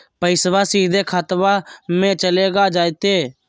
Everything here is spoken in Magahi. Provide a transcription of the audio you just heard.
पैसाबा सीधे खतबा मे चलेगा जयते?